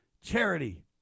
charity